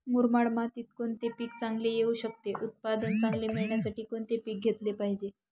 मुरमाड मातीत कोणते पीक चांगले येऊ शकते? उत्पादन चांगले मिळण्यासाठी कोणते पीक घेतले पाहिजे?